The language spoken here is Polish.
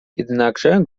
jednakże